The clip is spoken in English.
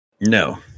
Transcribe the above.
No